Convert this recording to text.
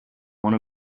one